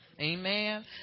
amen